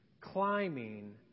climbing